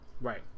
Right